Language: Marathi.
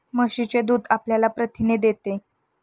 म्हशीचे दूध आपल्याला प्रथिने देते